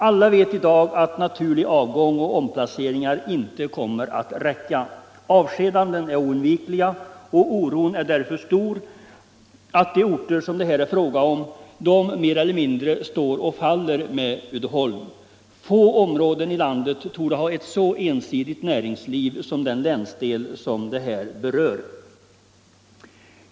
Alla vet i dag att naturlig avgång och omplaceringar inte kommer att räcka. Avskedanden är oundvikliga och dron är stor därför att de orter som det här är fråga om mer eller mindre står och faller med Uddeholm. Få områden i landet torde ha ett så ensidigt näringsliv som den länsdel som det här berör.